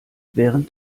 während